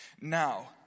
Now